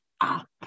up